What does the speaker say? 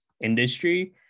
industry